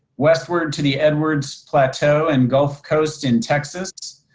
westward to the edwards plateau and gulf coast in texas,